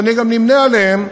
שאני גם נמנה עמם,